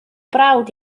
brawd